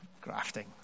grafting